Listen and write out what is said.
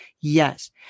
Yes